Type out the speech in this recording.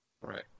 right